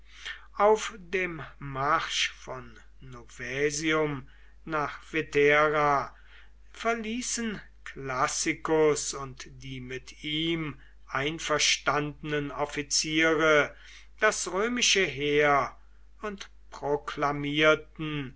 auf dem marsch von novaesium nach vetera verließen classicus und die mit ihm einverstandenen offiziere das römische heer und proklamierten